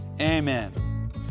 Amen